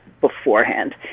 beforehand